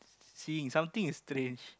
seeing something is strange